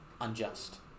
unjust